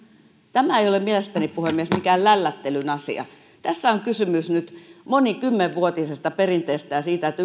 tämä ei ole mielestäni puhemies mikään lällättelyn asia tässä on kysymys nyt monikymmenvuotisesta perinteestä ja siitä että